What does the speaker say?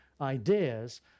ideas